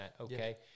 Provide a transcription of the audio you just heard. okay